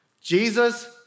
Jesus